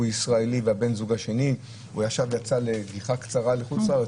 ישראלי ובן הזוג השני יצא לגיחה קצרה לחו"ל.